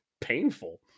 painful